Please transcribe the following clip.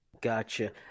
Gotcha